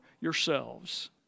yourselves